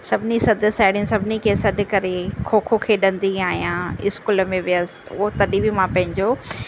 सभिनी सत साहेड़ीयुनि सभिनी खे सॾु करे खोखो खेॾंदी आहियां इस्कूलु में वयसि उहो तॾहिं बि मां पंहिंजो